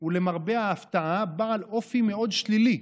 הוא למרבה ההפתעה בעל אופי מאוד שלילי,